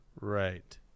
Right